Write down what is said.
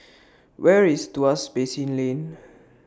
Where IS Tuas Basin Lane